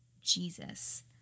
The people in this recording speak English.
Jesus